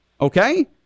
Okay